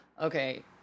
okay